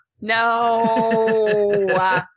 No